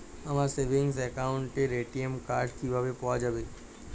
আমার সেভিংস অ্যাকাউন্টের ATM card কিভাবে পাওয়া যাবে?